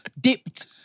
dipped